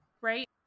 right